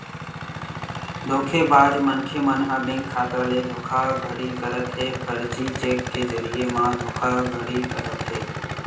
धोखेबाज मनखे मन ह बेंक खाता ले धोखाघड़ी करत हे, फरजी चेक के जरिए म धोखाघड़ी करत हे